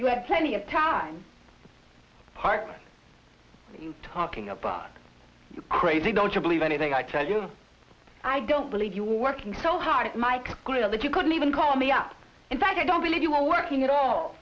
you had plenty of time apart talking about you crazy don't you believe anything i tell you i don't believe you were working so hard mike going to let you couldn't even call me up in fact i don't believe you were working at all